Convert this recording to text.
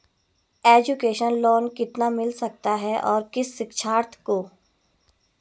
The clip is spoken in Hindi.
एजुकेशन लोन कितना मिल सकता है और किस शिक्षार्थी को?